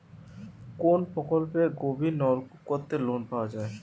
কোন প্রকল্পে গভির নলকুপ করতে লোন পাওয়া য়ায়?